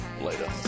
later